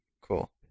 Cool